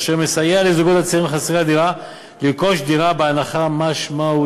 אשר מסייע לזוגות הצעירים חסרי הדירה לרכוש דירה בהנחה משמעותית,